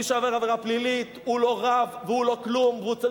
מי שעבר עבירה פלילית הוא לא רב והוא לא כלום,